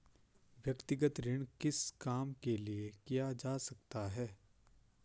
व्यक्तिगत ऋण किस काम के लिए किया जा सकता है?